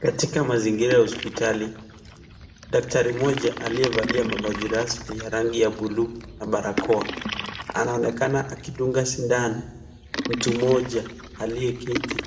Katika mazingira ya hospitali, daktari mmoja aliyevalia mavazi rasmi ya rangi buluu na barakoa anaonekana akidunga sindano mtu mmoja aliyeketi